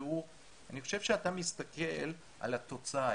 אני חושב שאתה מסתכל על התוצאה,